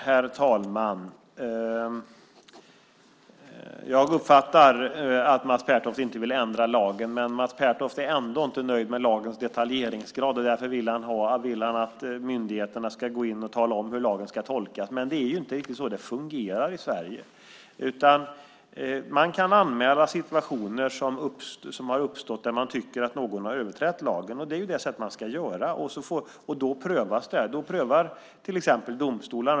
Herr talman! Jag uppfattar att Mats Pertoft inte vill ändra lagen, men Mats Pertoft är ändå inte nöjd med lagens detaljeringsgrad. Därför vill han att myndigheterna ska gå in och tala om hur lagen ska tolkas. Men det är inte riktigt så det fungerar i Sverige. Man kan anmäla situationer som har uppstått där man tycker att någon har överträtt lagen. Det är det sätt man ska använda. Då prövas det. Då prövas det till exempel av domstolar.